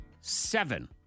seven